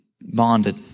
bonded